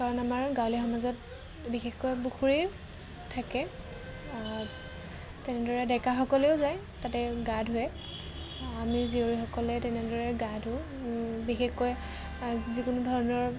কাৰণ আমাৰ গাঁৱলীয়া সমাজত বিশেষকৈ পুখুৰী থাকে তেনেদৰে ডেকাসকলেও যায় তাতে গা ধুৱে আমি জীয়ৰীসকলে তেনেদৰে গা ধুও বিশেষকৈ যিকোনো ধৰণৰ